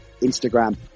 Instagram